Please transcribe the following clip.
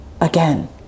Again